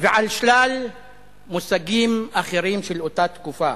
ושלל מושגים אחרים של אותה תקופה.